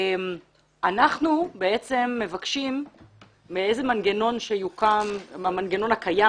אנחנו בעצם מבקשים מאיזה מנגנון שיוקם מהמנגנון הקיים